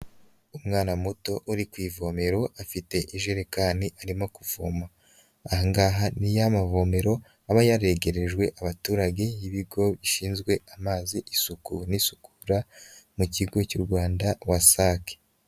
Umwana muto uri ku ivomero afite ijerekani arimo kuvoma, aha ngaha ni ya mavomero aba yaregerejwe abaturage y'ibigo bishinzwe amazi isuku n'isukura mu kigo cy'u Rwanda WASAC.